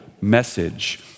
message